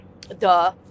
duh